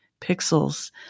pixels